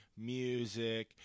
music